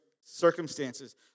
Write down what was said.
circumstances